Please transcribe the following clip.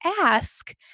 ask